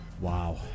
Wow